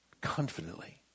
Confidently